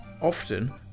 often